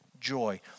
joy